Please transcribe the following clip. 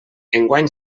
enguany